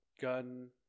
gun